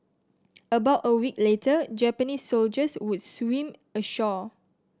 about a week later Japanese soldiers would swim ashore